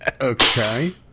Okay